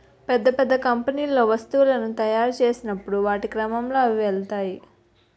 పెద్ద పెద్ద కంపెనీల్లో వస్తువులను తాయురు చేసినప్పుడు వాటి క్రమంలో అవి వెళ్తాయి